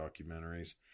documentaries